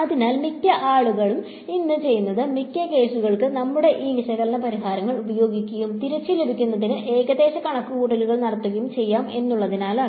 അതിനാൽ മിക്ക ആളുകളും ഇത് ചെയ്യുന്നത് മിക്ക കേസുകൾക്കും നമുക്ക് ഈ വിശകലന പരിഹാരങ്ങൾ ഉപയോഗിക്കുകയും തിരിച്ച് ലഭിക്കുന്നതിന് ഏകദേശ കണക്കുകൂട്ടലുകൾ നടത്തുകയും ചെയ്യാം എന്നുള്ളതിനാലാണ്